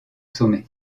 sommets